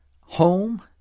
home